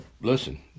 listen